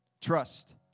Trust